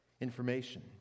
information